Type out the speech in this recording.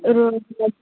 रोज